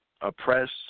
oppress